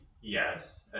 yes